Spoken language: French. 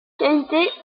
qualité